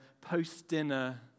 post-dinner